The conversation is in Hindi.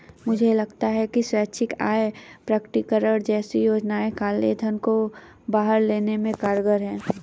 मुझे लगता है कि स्वैच्छिक आय प्रकटीकरण जैसी योजनाएं काले धन को बाहर लाने में कारगर हैं